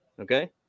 okay